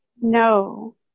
No